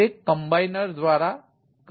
તે કમ્બાઇનર દ્વારા કરે છે